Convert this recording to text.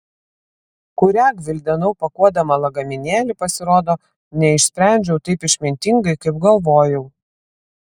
kurią gvildenau pakuodama lagaminėlį pasirodo neišsprendžiau taip išmintingai kaip galvojau